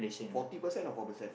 forty percent or four percent